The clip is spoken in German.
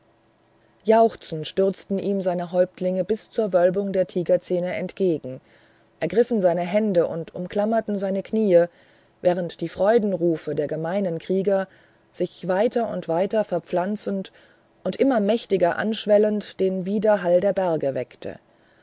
jauchzend stürzten ihm seine häuptlinge bis zur wölbung der tigerzähne entgegen ergriffen seine hände und umklammerten seine kniee während die freudenrufe der gemeinen krieger sich weiter und weiter verpflanzend und immer mächtiger anschwellend den widerhall der berge weckten